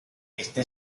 esta